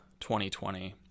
2020